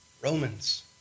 Romans